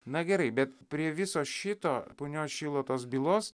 na gerai bet prie viso šito punios šilo tos bylos